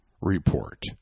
report